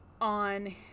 on